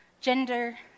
gender